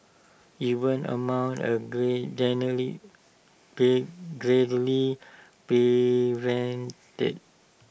even amount are great great greatly prevented